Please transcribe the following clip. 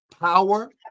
power